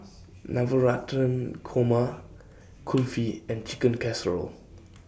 Navratan Korma Kulfi and Chicken Casserole